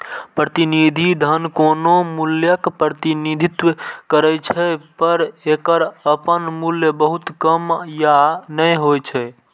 प्रतिनिधि धन कोनो मूल्यक प्रतिनिधित्व करै छै, पर एकर अपन मूल्य बहुत कम या नै होइ छै